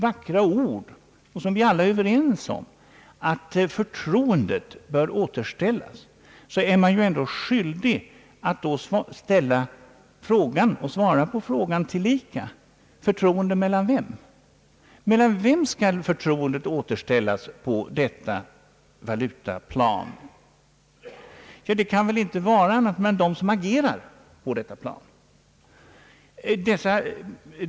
Vi är alla överens om att förtroendet bör återställas, men när man använder så vackra ord är man också skyldig att ställa frågan och tillika svara på den: Mellan vilka skall förtroendet återställas på valutaplanet? Det kan väl inte vara annat än mellan dem som agerar på detta plan.